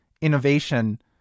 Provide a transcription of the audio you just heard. innovation